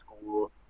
School